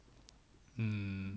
mm